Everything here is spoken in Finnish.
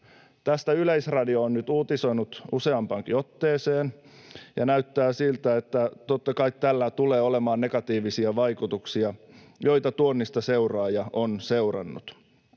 Tästä Yleisradio on nyt uutisoinut useampaankin otteeseen, ja näyttää siltä, että totta kai tällä tulee olemaan negatiivisia vaikutuksia, joita tuonnista seuraa ja on seurannut.